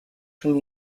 schon